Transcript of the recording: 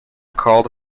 called